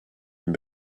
and